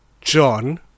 John